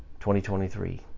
2023